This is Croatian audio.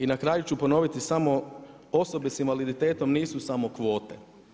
I na kraju ću ponoviti samo, osobe s invaliditetom nisu samo kvote.